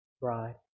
bride